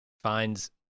finds